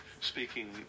speaking